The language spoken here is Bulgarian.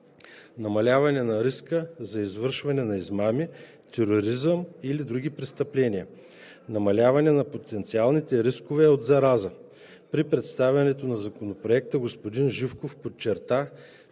намаляване на риска за извършване на измами, тероризъм или други престъпления; - намаляване на потенциалните рискове от зараза. При представянето на Законопроекта господин Живков подчерта,